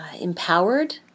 empowered